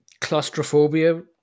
claustrophobia